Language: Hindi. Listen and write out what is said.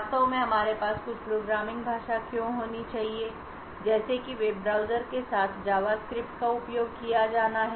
वास्तव में हमारे पास कुछ प्रोग्रामिंग भाषा क्यों होनी चाहिए जैसे कि वेब ब्राउज़र के साथ जावास्क्रिप्ट का उपयोग किया जाना है